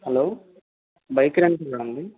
hello bike రెంటలా అండి